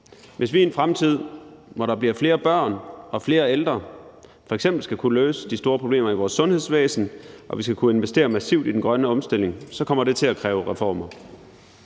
Hvis vi i en fremtid, hvor der bliver flere børn og flere ældre, f.eks. skal kunne løse de store problemer i vores sundhedsvæsen og skal kunne investere massivt i den grønne omstilling, så kommer det til at kræve reformer.